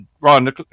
Ron